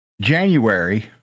January